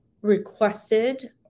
requested